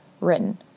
written